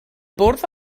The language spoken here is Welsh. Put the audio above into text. bwrdd